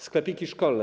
Sklepiki szkolne.